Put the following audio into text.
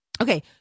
Okay